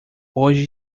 hoje